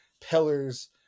pillars